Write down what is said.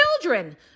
children